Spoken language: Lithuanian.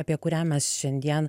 apie kurią mes šiandien